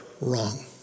wrong